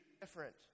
different